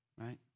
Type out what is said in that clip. right